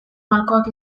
malkoak